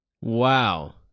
Wow